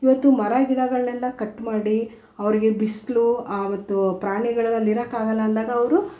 ಇವತ್ತು ಮರಗಿಡಗಳನ್ನೆಲ್ಲ ಕಟ್ ಮಾಡಿ ಅವ್ರಿಗೆ ಬಿಸಿಲು ಅವತ್ತು ಪ್ರಾಣಿಗಳು ಅಲ್ಲಿ ಇರೋಕ್ಕಾಗಲ್ಲ ಅಂದಾಗ ಅವರು